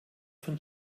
von